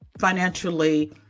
financially